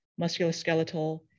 musculoskeletal